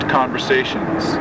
conversations